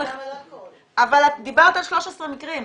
דיברת על 13 מקרים.